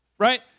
right